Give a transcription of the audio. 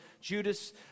Judas